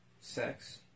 sex